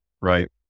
right